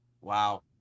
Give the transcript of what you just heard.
Wow